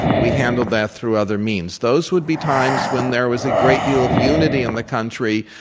we handled that through other means. those would be times when there was a great deal of unity in the country